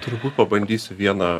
turbūt pabandysiu vieną